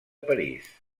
parís